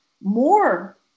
more